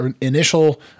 initial